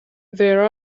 there